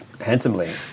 Handsomely